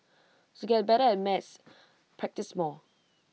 to get better at maths practise more